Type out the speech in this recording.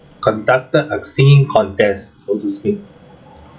conducted a singing contest so to speak